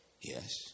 yes